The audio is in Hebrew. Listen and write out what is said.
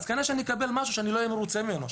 כנראה שאני אקבל משהו שאני לא מרוצה ממנו,